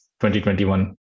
2021